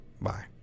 Bye